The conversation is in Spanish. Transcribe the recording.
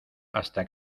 hasta